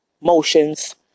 motions